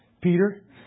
Peter